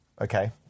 Okay